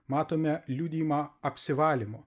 matome liudijimą apsivalymo